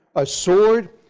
a sword,